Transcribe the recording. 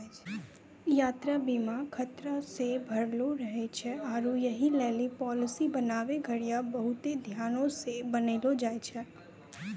यात्रा बीमा खतरा से भरलो रहै छै आरु यहि लेली पालिसी बनाबै घड़ियां बहुते ध्यानो से बनैलो जाय छै